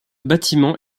bâtiment